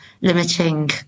limiting